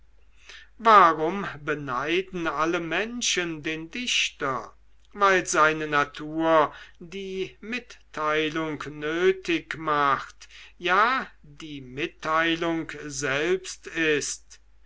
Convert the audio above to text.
warum beneiden alle menschen den dichter weil seine natur die mitteilung nötig macht ja die mitteilung selbst ist